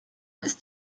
ist